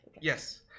Yes